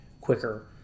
quicker